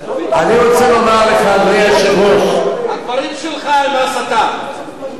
עזוב אותך, הדברים שלך הם הסתה.